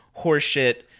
horseshit